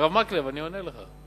הרב מקלב, אני עונה לך.